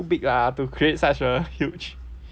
still big ah to create such a huge